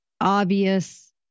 obvious